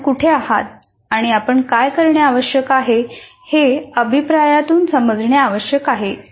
आपण कुठे आहात आणि आपण काय करणे आवश्यक आहे हे अभिप्रायातून समजणे आवश्यक आहे